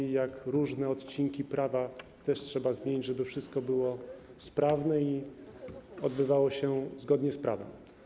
Widać, jak różne odcinki prawa trzeba zmienić, żeby wszystko było sprawne i odbywało się zgodnie z prawem.